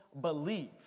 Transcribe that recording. believe